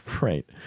right